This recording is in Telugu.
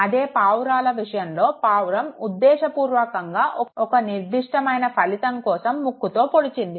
అదే పావురాల విషయంలో పావురం ఉద్దేశ్యపూర్వకంగా ఒక నిర్దిష్టమైన ఫలితం కోసం ముక్కుతో పొడిచింది